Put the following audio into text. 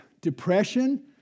depression